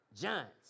giants